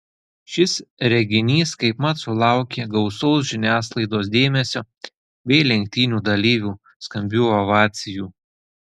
šis reginys kaipmat sulaukė gausaus žiniasklaidos dėmesio bei lenktynių dalyvių skambių ovacijų